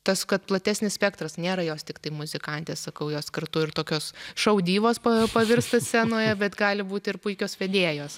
tas kad platesnis spektras nėra jos tiktai muzikantės sakau jos kartu ir tokios šau dyvos pavirsta scenoje bet gali būt ir puikios vedėjos